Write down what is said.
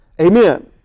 Amen